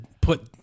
put